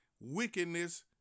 wickedness